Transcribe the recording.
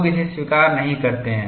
लोग इसे स्वीकार नहीं करते हैं